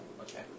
Okay